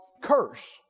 curse